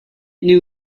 knew